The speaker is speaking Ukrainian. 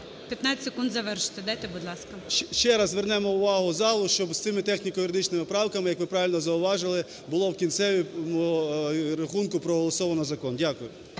15 секунд, завершити дайте, будь ласка. КНЯЗЕВИЧ Р.П. Ще раз звернемо увагу залу, щоб з цими техніко-юридичними правками, як ви правильно зауважили, було в кінцевому рахунку проголосовано закон. Дякую.